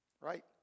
Right